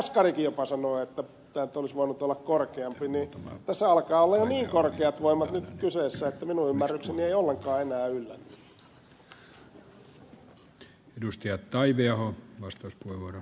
jaskarikin jopa sanoo että tämä olisi voinut olla korkeampi niin tässä alkaa olla jo niin korkeat voimat nyt kyseessä että minun ymmärrykseni ei ollenkaan enää yllä tähän